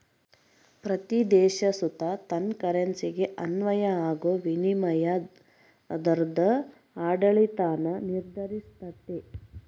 ಪ್ರತೀ ದೇಶ ಸುತ ತನ್ ಕರೆನ್ಸಿಗೆ ಅನ್ವಯ ಆಗೋ ವಿನಿಮಯ ದರುದ್ ಆಡಳಿತಾನ ನಿರ್ಧರಿಸ್ತತೆ